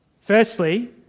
firstly